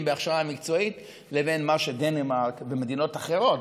בהכשרה מקצועית לבין מה שדנמרק ומדינות אחרות.